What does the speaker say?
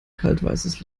kaltweißes